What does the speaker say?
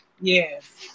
yes